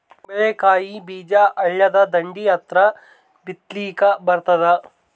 ಕುಂಬಳಕಾಯಿ ಬೀಜ ಹಳ್ಳದ ದಂಡಿ ಹತ್ರಾ ಬಿತ್ಲಿಕ ಬರತಾದ?